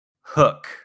Hook